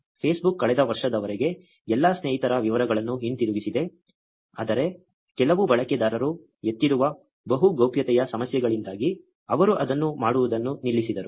Facebook ಕಳೆದ ವರ್ಷದವರೆಗೆ ಎಲ್ಲಾ ಸ್ನೇಹಿತರ ವಿವರಗಳನ್ನು ಹಿಂತಿರುಗಿಸಿದೆ ಆದರೆ ಕೆಲವು ಬಳಕೆದಾರರು ಎತ್ತಿರುವ ಬಹು ಗೌಪ್ಯತೆಯ ಸಮಸ್ಯೆಗಳಿಂದಾಗಿ ಅವರು ಅದನ್ನು ಮಾಡುವುದನ್ನು ನಿಲ್ಲಿಸಿದರು